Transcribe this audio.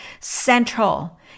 central